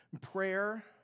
Prayer